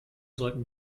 sollten